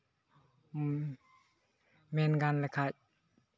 ᱢᱮᱱ ᱜᱟᱱ ᱞᱮᱠᱷᱟᱡ